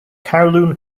kowloon